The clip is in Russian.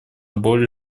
более